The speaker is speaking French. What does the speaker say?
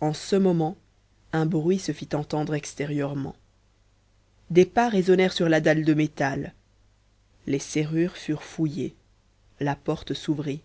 en ce moment un bruit se fit entendre extérieurement des pas résonnèrent sur la dalle de métal les serrures furent fouillées la porte s'ouvrit